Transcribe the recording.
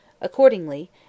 Accordingly